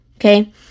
okay